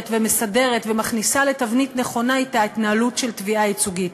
ומסדרת ומכניסה לתבנית נכונה את ההתנהלות של תביעה ייצוגית.